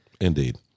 Indeed